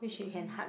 mmhmm